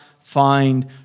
find